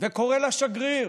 וקורא לשגריר,